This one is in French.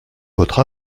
votre